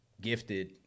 gifted